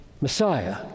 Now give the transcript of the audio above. Messiah